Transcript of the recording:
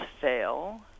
fail